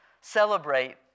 celebrate